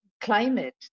climate